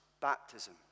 baptism